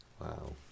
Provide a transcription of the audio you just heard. Wow